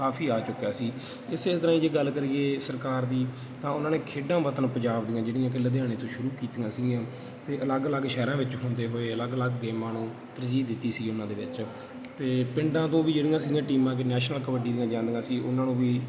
ਕਾਫੀ ਆ ਚੁੱਕਿਆ ਸੀ ਇਸ ਤਰ੍ਹਾਂ ਜੇ ਗੱਲ ਕਰੀਏ ਸਰਕਾਰ ਦੀ ਤਾਂ ਉਹਨਾਂ ਨੇ ਖੇਡਾਂ ਵਤਨ ਪੰਜਾਬ ਦੀਆਂ ਜਿਹੜੀਆਂ ਕਿ ਲੁਧਿਆਣੇ ਤੋਂ ਸ਼ੁਰੂ ਕੀਤੀਆਂ ਸੀਗੀਆਂ ਅਤੇ ਅਲੱਗ ਅਲੱਗ ਸ਼ਹਿਰਾਂ ਵਿੱਚ ਹੁੰਦੇ ਹੋਏ ਅਲੱਗ ਅਲੱਗ ਗੇਮਾਂ ਨੂੰ ਤਰਜੀਹ ਦਿੱਤੀ ਸੀ ਉਹਨਾਂ ਦੇ ਵਿੱਚ ਅਤੇ ਪਿੰਡਾਂ ਤੋਂ ਵੀ ਜਿਹੜੀਆਂ ਸੀਗੀਆਂ ਟੀਮਾਂ ਵੀ ਨੈਸ਼ਨਲ ਕਬੱਡੀ ਦੀਆਂ ਜਾਂਦੀਆਂ ਸੀ ਉਹਨਾਂ ਨੂੰ ਵੀ